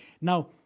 Now